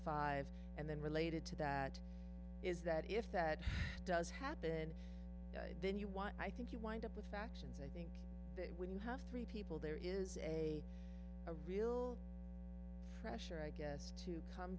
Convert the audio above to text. five and then related to that is that if that does happen then you want i think you wind up with factions and it when you have three people there is a real pressure i guess to come